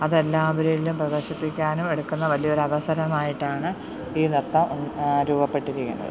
അത് എല്ലാവരിലും പ്രദർശിപ്പിക്കാനുമെടുക്കുന്ന വലിയ ഒരു അവസരമായിട്ടാണ് ഈ നൃത്തം രൂപപ്പെട്ടിരിക്കുന്നത്